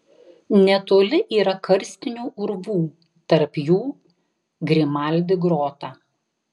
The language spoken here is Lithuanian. netoli yra karstinių urvų tarp jų grimaldi grota